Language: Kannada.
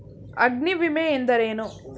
ಅಗ್ನಿವಿಮೆ ಎಂದರೇನು?